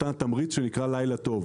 נתנה תמריץ שנקרא לילה טוב.